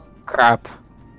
Crap